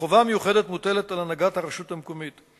חובה מיוחדת מוטלת על הנהגת הרשות המקומית.